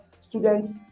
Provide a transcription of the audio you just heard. students